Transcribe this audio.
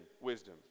wisdom